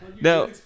now